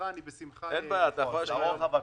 אשמח לעזור לך.